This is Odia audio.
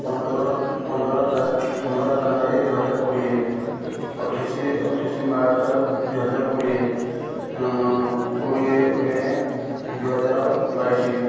ପନ୍ଦର ପନ୍ଦର ପନ୍ଦର ଜାନୁଆରୀ ଦୁଇ ହଜାର କୋଡ଼ିଏ ଅଠେଇଶି ଅଠେଇଶି ମାର୍ଚ୍ଚ ଦୁଇ ହଜାର କୋଡ଼ିଏ କୋଡ଼ିଏ ମେ ଦୁଇ ହଜାର ବାଇଶି